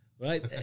Right